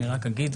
אני רק אגיד,